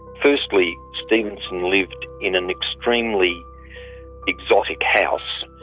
firstly, stevenson lived in an extremely exotic house.